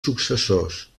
successors